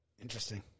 Interesting